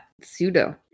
pseudo